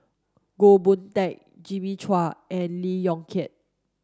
Goh Boon Teck Jimmy Chua and Lee Yong Kiat